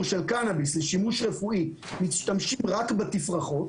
של קנאביס לשימוש רפואי משתמשים רק בתפרחות,